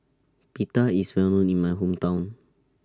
Pita IS Well known in My Hometown